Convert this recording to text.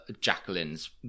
Jacqueline's